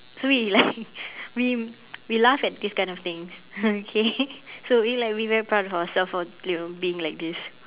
so we like we we laugh at these kind of things okay so we like we very proud of ourselves for you know being like this